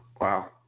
Wow